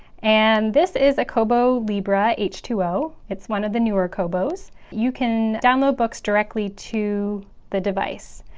and this is a kobo libra h two o. it's one of the newer kobos. you can download books directly to the device.